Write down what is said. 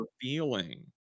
feeling